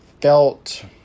felt